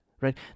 right